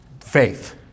faith